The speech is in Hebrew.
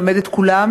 מלמד את כולם,